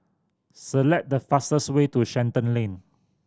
select the fastest way to Shenton Lane